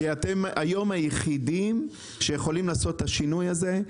אתם היחידים שיכולים לעשות את השינוי הזה.